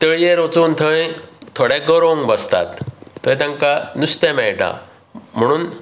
तळ्येर वचून थंय थोडे गरोवंक बसतात थंय तेंका नुस्तें मेळटा म्हणून